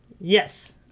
Yes